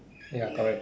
ya correct